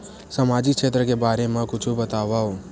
सामजिक क्षेत्र के बारे मा कुछु बतावव?